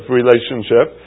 relationship